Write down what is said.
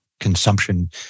consumption